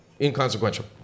inconsequential